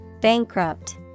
Bankrupt